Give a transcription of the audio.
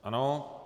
Ano.